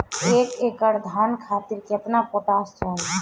एक एकड़ धान खातिर केतना पोटाश चाही?